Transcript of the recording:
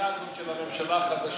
שבהנהגה הזאת של הממשלה החדשה,